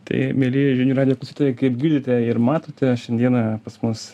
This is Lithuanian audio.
tai mielieji žinių radijo klausytojai kaip girdite ir matote šiandieną pas mus